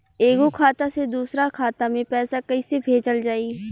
एगो खाता से दूसरा खाता मे पैसा कइसे भेजल जाई?